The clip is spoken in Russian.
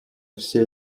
все